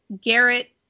Garrett